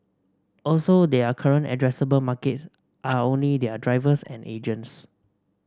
also their current addressable markets are only their drivers and agents